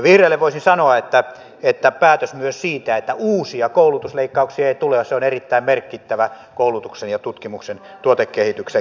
vihreille voisin sanoa että on päätös myös siitä että uusia koulutusleikkauksia ei tule ja se on erittäin merkittävää koulutuksen tutkimuksen ja tuotekehityksen kannalta